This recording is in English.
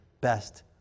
best